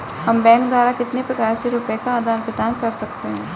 हम बैंक द्वारा कितने प्रकार से रुपये का आदान प्रदान कर सकते हैं?